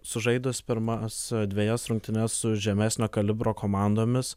sužaidus pirmas dvejas rungtynes su žemesnio kalibro komandomis